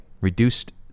Reduced